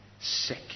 sick